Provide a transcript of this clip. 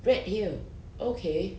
red hill okay